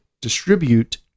distribute